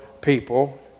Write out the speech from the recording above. people